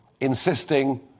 insisting